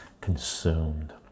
consumed